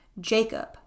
Jacob